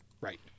Right